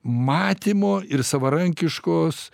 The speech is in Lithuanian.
matymo ir savarankiškos